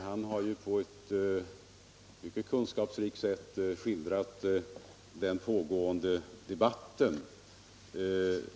Han har på ett mycket kunskapsrikt sätt skildrat den pågående debatten.